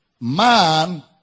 man